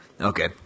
Okay